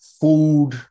food